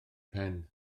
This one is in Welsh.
pen